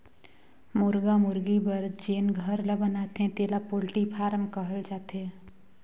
मुरगा मुरगी बर जेन घर ल बनाथे तेला पोल्टी फारम कहल जाथे